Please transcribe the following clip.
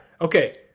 Okay